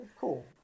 cool